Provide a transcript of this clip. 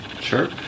Sure